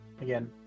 again